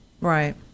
Right